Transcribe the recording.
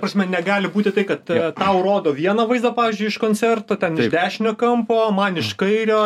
prasme negali būti tai kad tau rodo vieną vaizdą pavyzdžiui iš koncerto ten iš dešinio kampo man iš kairio